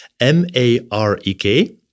M-A-R-E-K